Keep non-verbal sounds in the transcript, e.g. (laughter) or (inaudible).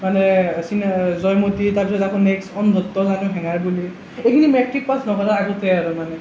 মানে (unintelligible) জয়মতী তাৰ পিছত আকৌ নেক্সট অন্ধত্ব মানে হেঙাৰ বুলি এইখিনি মেট্ৰিক পাছ নকৰাৰ আগতে আৰু মানে